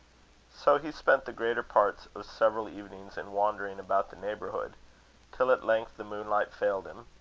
so he spent the greater parts of several evenings in wandering about the neighbourhood till at length the moonlight failed him.